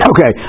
Okay